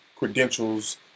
credentials